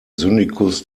syndikus